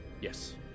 Yes